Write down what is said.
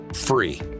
free